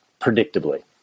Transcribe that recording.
predictably